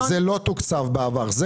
זה לא תוקצב בעבר.